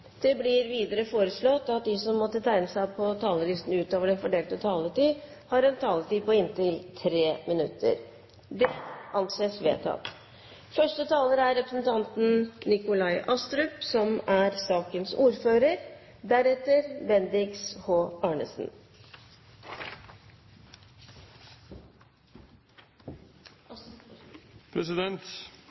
Det blir videre foreslått at de som måtte tegne seg på talerlisten utover den fordelte taletid, får en taletid på inntil 3 minutter. – Det anses vedtatt.